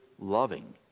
loving